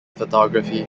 photography